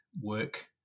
work